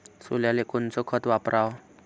सोल्याले कोनचं खत वापराव?